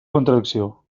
contradicció